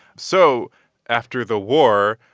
so after the war,